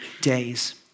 days